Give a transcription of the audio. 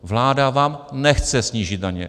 Vláda vám nechce snížit daně.